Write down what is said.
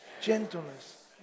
gentleness